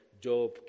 Job